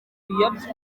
biyobya